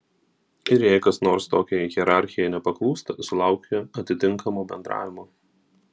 ir jei kas nors tokiai hierarchijai nepaklūsta sulaukia atitinkamo bendravimo